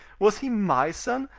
was he my son?